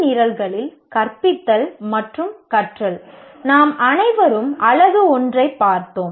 நாம் அனைவரும் அலகு 1 ஐப் பார்த்தோம்